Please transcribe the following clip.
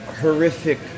horrific